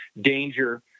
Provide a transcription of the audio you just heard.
danger